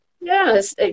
Yes